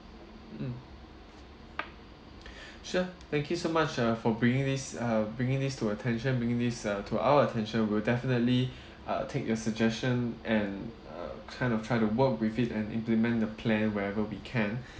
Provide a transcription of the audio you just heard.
mm sure thank you so much uh for bringing this uh bringing this to attention bringing this uh to our attention we'll definitely uh take your suggestion and uh kind of try to work with it and implement the plan wherever we can